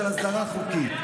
של הסדרה חוקית?